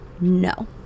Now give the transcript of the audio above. No